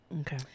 Okay